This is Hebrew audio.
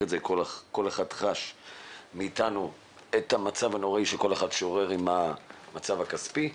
את זה אלא כל אחד מאתנו חש את המצב הנוראי של כל אחד עם מצבו הכספי.